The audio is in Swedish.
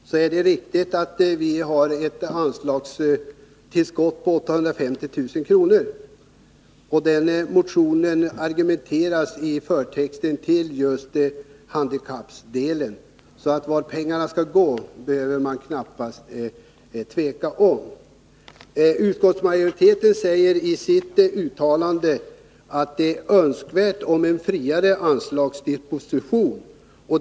Herr talman! Det är riktigt att vi i vår motion begär ett anslagstillskott på 850 000 kr. I motionen argumenteras just för handikappanpassningen, så vart pengarna skall gå behöver man knappast tveka om. Utskottsmajoriteten säger i sin skrivning att det är önskvärt med en friare anslagsdisposition.